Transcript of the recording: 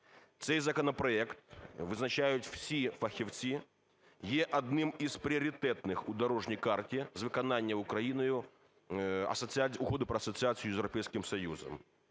Цей законопроект, визначають всі фахівці, є одним із пріоритетних у дорожній карті з виконання Україною Угоди про асоціацію з Європейським Союзом.